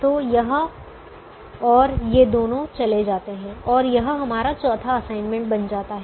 तो यह और ये दोनों चले जाते हैं और यह हमारा चौथा असाइनमेंट बन जाता है